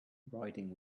riding